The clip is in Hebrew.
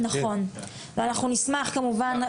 נכון ואנחנו נשמח כמובן,